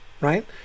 right